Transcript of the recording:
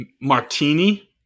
Martini